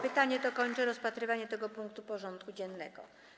Pytanie to kończy rozpatrywanie tego punktu porządku dziennego.